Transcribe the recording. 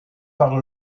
par